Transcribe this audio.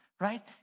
right